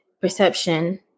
perception